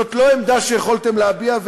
זאת לא עמדה שיכולתם להביע,